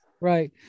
Right